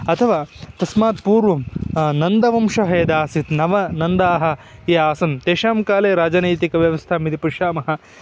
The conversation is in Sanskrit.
अथवा तस्मात् पूर्वं नन्दवंशः यदा आसीत् नाम नन्दाः ये आसन् तेषां काले राजनैतिकव्यवस्थां यदि पश्यामः